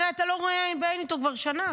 הרי אתה לא רואה עין בעין אתו כבר שנה.